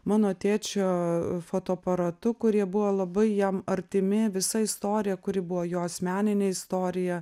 mano tėčio fotoaparatu kurie buvo labai jam artimi visa istorija kuri buvo jo asmeninė istorija